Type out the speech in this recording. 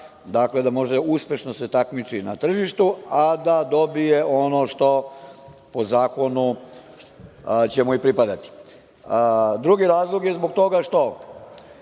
Dakle, da može uspešno da se takmiči na tržištu, a da dobije ono što će mu po zakonu pripadati. Drugi razlog je zbog toga što